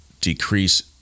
decrease